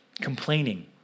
complaining